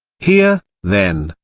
here, then,